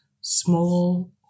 small